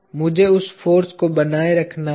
मुझे उस फाॅर्स को बनाए रखने होगा